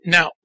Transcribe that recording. Now